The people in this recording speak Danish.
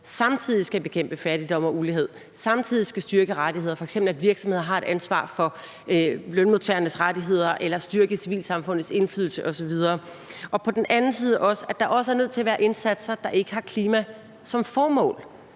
samtidig skal bekæmpe fattigdom og ulighed og samtidig skal styrke rettigheder, f.eks. det, at virksomheder har et ansvar for lønmodtagernes rettigheder, eller styrke civilsamfundets indflydelse osv., og 2) at der på den anden side også er nødt til at være indsatser, der ikke har klima som formål,